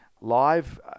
live